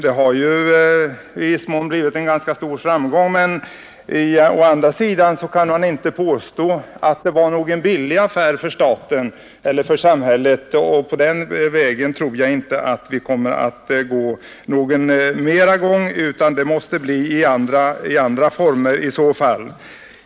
Detta blev en ganska stor framgång, men man kan å andra sidan inte påstå att det blev någon billig affär för staten. Den vägen tror jag inte att vi kommer att gå någon mer gång, utan det får bli fråga om andra åtgärder.